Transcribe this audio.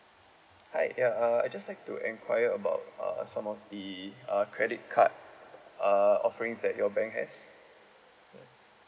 hi uh uh I just like to enquire about uh some of the uh credit card uh offerings that your bank has mm